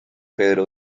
pedro